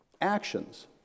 Actions